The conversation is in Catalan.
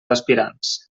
aspirants